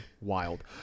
wild